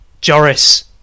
Joris